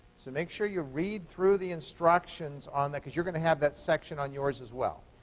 so make sure you read through the instructions on that because you're going to have that section on yours as well.